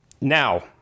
Now